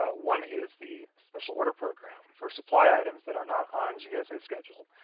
ah one is the special-order program for supply items that are not on gsa schedule.